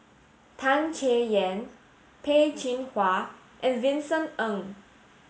Tan Chay Yan Peh Chin Hua and Vincent Ng